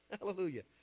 Hallelujah